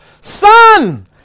Son